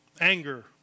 anger